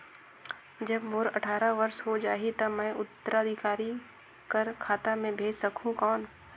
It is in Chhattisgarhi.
जब मोर अट्ठारह वर्ष हो जाहि ता मैं उत्तराधिकारी कर खाता मे भेज सकहुं कौन?